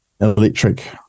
electric